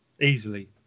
Easily